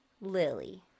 Lily